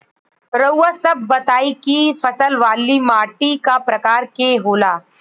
रउआ सब बताई कि फसल वाली माटी क प्रकार के होला?